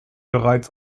bereits